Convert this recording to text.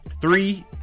Three